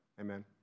Amen